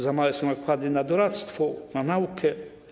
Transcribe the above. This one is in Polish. Za małe są nakłady na doradztwo, na naukę.